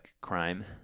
crime